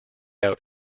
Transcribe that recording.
out